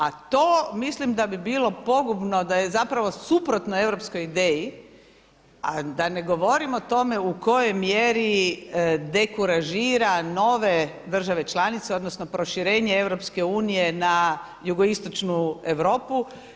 A to mislim da bi bilo pogubno da je zapravo suprotno europskoj ideji a da ne govorim o tome u kojoj mjeri dekuražira nove države članice, odnosno proširenje EU na jugoistočnu Europu.